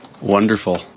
Wonderful